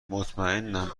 مطمئنم